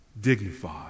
dignified